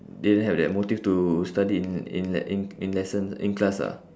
didn't have that motive to study in in le~ in in lessons in class lah